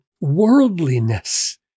worldliness